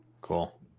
Cool